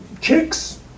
chicks